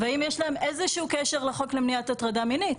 והאם יש להם איזשהו קשר לחוק למניעת הטרדה מינית,